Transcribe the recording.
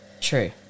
True